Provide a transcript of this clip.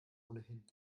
ohnehin